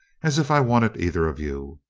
as if i wanted either of you.